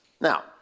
Now